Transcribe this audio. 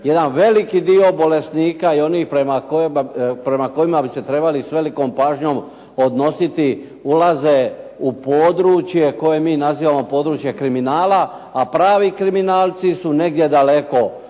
Jedini veliki dio bolesnika i onih prema kojima bi se s velikom pažnjom odnositi ulaze u područje koje mi nazivamo područje kriminala a pravi kriminalci su negdje daleko